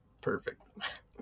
Perfect